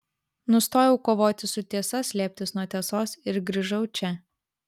nustojau kovoti su tiesa slėptis nuo tiesos ir grįžau čia